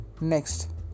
Next